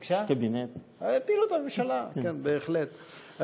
על פעילות הממשלה, כן, בהחלט.